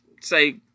say